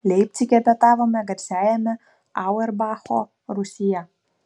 leipcige pietavome garsiajame auerbacho rūsyje